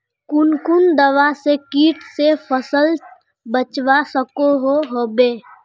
कुन कुन दवा से किट से फसल बचवा सकोहो होबे?